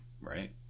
right